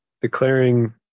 Declaring